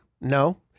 No